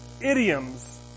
idioms